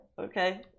Okay